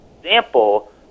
example